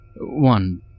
One